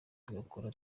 tugakora